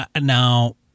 Now